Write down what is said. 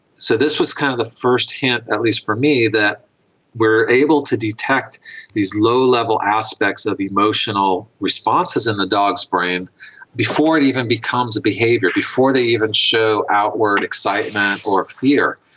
so this was kind of the first hint, at least for me, that we were able to detect these low-level aspects of emotional responses in the dogs' brain before it even becomes a behaviour, before they even show outward excitement or fear.